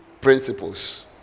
principles